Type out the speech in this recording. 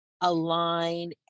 align